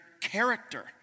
character